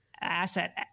asset